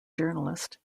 journalist